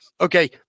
Okay